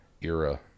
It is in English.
era